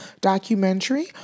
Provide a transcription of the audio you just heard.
documentary